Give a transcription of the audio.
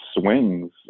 swings